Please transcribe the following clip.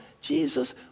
Jesus